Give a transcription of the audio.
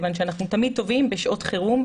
מכיוון שאנחנו תמיד טובים בשעות חירום,